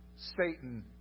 Satan